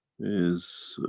is